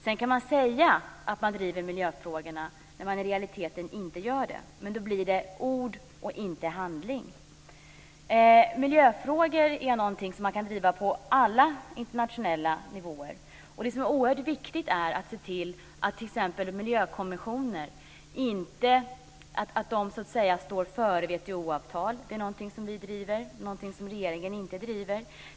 Man kan ju säga att man driver miljöfrågor trots att man i realiteten inte gör det men då blir det ord, inte handling. Miljöfrågor kan drivas på alla internationella nivåer. Det är oerhört viktigt att se till att t.ex. miljökonventioner går före WTO-avtal. Det är en sak som vi driver men som regeringen inte driver.